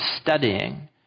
studying